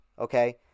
Okay